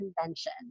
convention